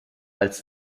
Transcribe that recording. als